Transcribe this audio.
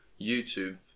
YouTube